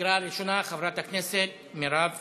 לקריאה ראשונה, חברת הכנסת מרב מיכאלי.